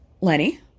Lenny